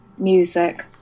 Music